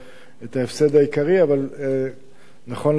את ההפסד העיקרי נכון לרגע זה.